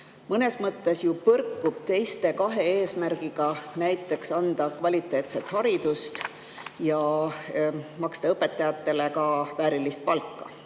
mõnes mõttes põrkub kahe teise eesmärgiga, näiteks, et anda kvaliteetset haridust ja maksta õpetajatele väärilist palka.